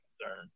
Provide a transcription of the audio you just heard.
concern